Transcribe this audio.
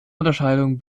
unterscheidung